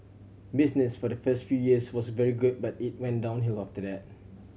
business for the first few years was very good but it went downhill after that